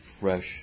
fresh